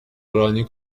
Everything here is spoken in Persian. رانی